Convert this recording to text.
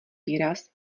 výraz